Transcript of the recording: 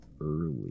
early